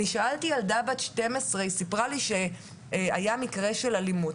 ילדה בת 12 סיפרה לי שהיה מקרה של אלימות,